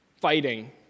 fighting